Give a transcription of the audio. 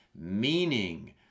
Meaning